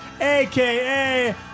aka